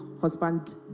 husband